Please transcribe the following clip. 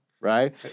right